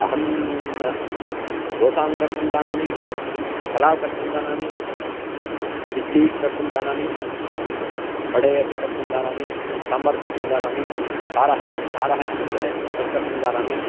अहं दोसां कर्तुं जानामि पलाव् कर्तुं जानामि इड्ली कर्तुं जानामि वडे अपि कर्तुं जानामि साम्बार् कर्तुं जानामि सारः सारः इत्युच्यते तत् कर्तुं जानामि